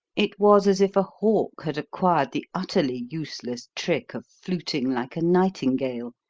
it was as if a hawk had acquired the utterly useless trick of fluting like a nightingale,